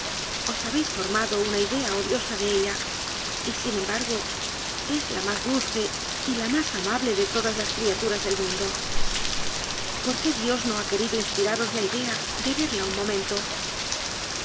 os habéis formado una idea odiosa de ella y sin embargo es la más dulce y la más amable de todas las criaturas del mundo por qué dios no ha querido inspiraros la idea de verla un momento